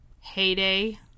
heyday